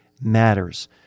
Matters